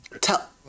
tell